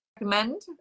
recommend